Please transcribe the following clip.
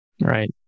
Right